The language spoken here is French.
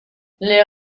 les